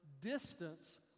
Distance